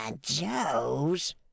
joes